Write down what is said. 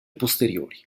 posteriori